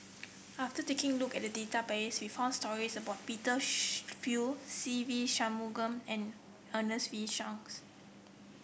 after taking look at the database we found stories about Peter Fu Se Ve Shanmugam and Ernest V Shanks